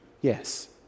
Yes